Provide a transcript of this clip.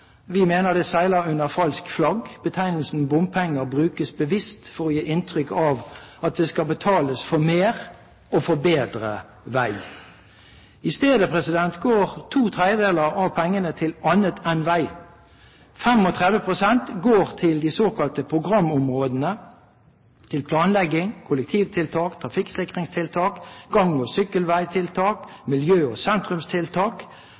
Vi mener det seiler under falskt flagg. Betegnelsen «bompenger» brukes bevisst for å gi inntrykk av at det skal betales for mer og for bedre vei. I stedet går to tredjedeler av pengene til annet enn vei. 35 pst. går til de såkalte programområdene: planlegging, kollektivtiltak, trafikksikringstiltak, gang- og sykkelveitiltak, miljø- og sentrumstiltak.